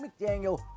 McDaniel